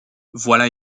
voilà